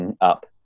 up